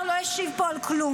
אני חושבת שהשר לא השיב פה על כלום.